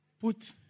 put